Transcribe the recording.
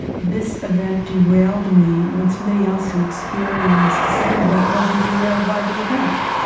this event derailed me, when somebody else who experienced the same event wasn't derailed by the event.